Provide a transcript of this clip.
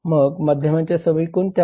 मग माध्यमांच्या सवयी कोणत्या आहेत